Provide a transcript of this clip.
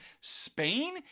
Spain